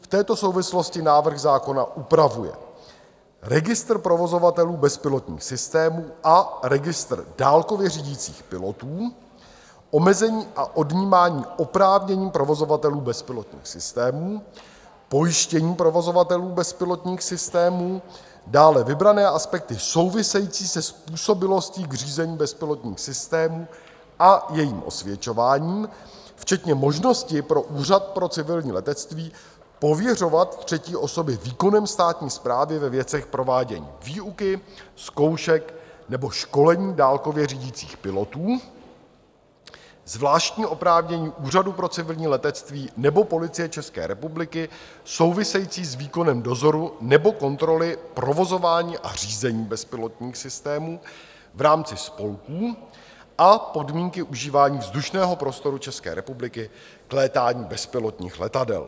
V této souvislosti návrh zákona upravuje registr provozovatelů bezpilotních systémů a registr dálkově řídících pilotů, omezení a odnímání oprávnění provozovatelů bezpilotních systémů, pojištění provozovatelů bezpilotních systémů, dále vybrané aspekty související se způsobilostí k řízení bezpilotních systémů a jejím osvědčováním, včetně možnosti pro Úřad pro civilní letectví pověřovat třetí osoby výkonem státní správy ve věcech provádění výuky, zkoušek nebo školení dálkově řídících pilotů, zvláštní oprávnění Úřadu pro civilní letectví nebo Policie České republiky související s výkonem dozoru nebo kontroly provozování a řízení bezpilotních systémů v rámci spolků a podmínky užívání vzdušného prostoru České republiky k létání bezpilotních letadel.